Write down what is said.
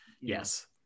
yes